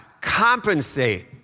compensate